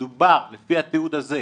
מדובר, לפי התיעוד הזה,